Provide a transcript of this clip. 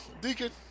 Deacon